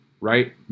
right